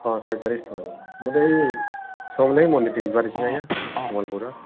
ହଁ ଶହେ ଚାଳିଶ୍ ଟଙ୍କାର ମୁଁ ତ ଏଇ ସମଲେଇ ମନ୍ଦିର ଯିବାର ଅଛି ଆଜ୍ଞା ସମ୍ୱଳପୁର୍ର